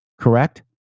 Correct